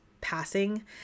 passing